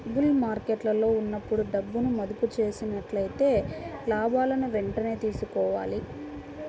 bull మార్కెట్టులో ఉన్నప్పుడు డబ్బును మదుపు చేసినట్లయితే లాభాలను వెంటనే తీసుకోవాలి